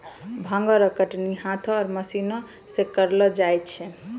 भांग रो कटनी हाथ आरु मशीन से करलो जाय छै